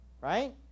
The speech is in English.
right